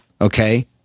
Okay